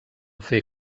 fer